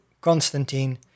Constantine